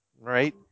right